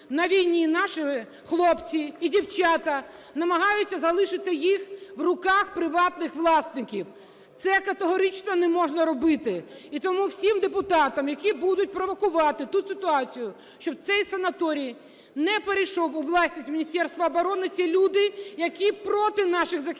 на війні наші хлопці і дівчата, намагаються залишити їх у руках приватних власників. Це категорично не можна робити. І тому всім депутатам, які будуть провокувати ту ситуацію, щоб цей санаторій не перейшов у власність Міністерства оборони, це люди, які проти наших захисників.